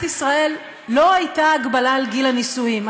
ישראל לא הייתה הגבלה על גיל הנישואים.